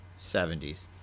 70s